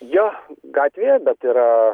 jo gatvėje bet yra